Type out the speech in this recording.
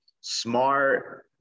smart